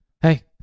hey